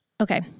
Okay